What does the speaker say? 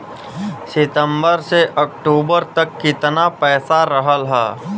सितंबर से अक्टूबर तक कितना पैसा रहल ह?